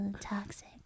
Toxic